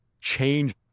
change